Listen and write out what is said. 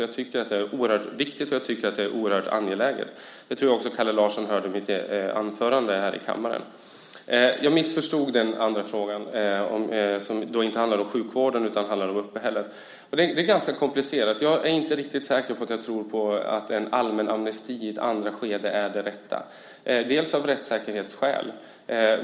Jag tycker att det är oerhört viktigt och jag tycker att det är oerhört angeläget. Det tror jag att Kalle Larsson hörde även av mitt anförande här i kammaren. Jag missförstod den andra frågan. Den handlade inte om sjukvården utan om uppehället. Det är ganska komplicerat. Jag är inte riktigt säker på att jag tror på att en allmän amnesti i ett andra skede är det rätta bland annat av rättviseskäl.